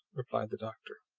replied the doctor,